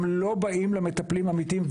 הם לא באים למטפלים האמיתיים.